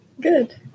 Good